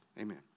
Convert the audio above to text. Amen